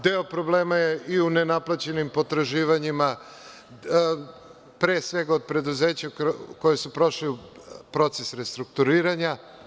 Deo problema je i u nenaplaćenim potraživanjima, pre svega od preduzeća koja su prošla proces restrukturiranja.